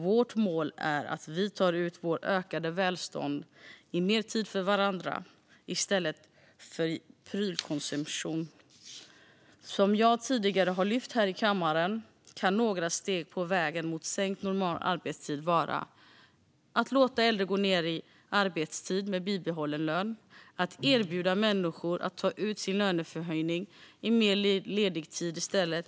Vårt mål är att vi tar ut vårt ökade välstånd i mer tid för varandra i stället för i prylkonsumtion. Som jag tidigare har lyft här i kammaren kan några steg på vägen mot sänkt normalarbetstid vara att låta äldre gå ned i arbetstid med bibehållen lön eller att erbjuda människor att ta ut sin löneförhöjning i mer ledig tid i stället.